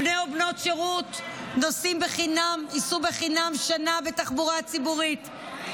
בני ובנות שירות ייסעו חינם שנה בתחבורה הציבורית,